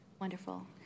Wonderful